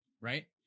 Right